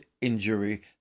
injury